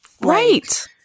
Right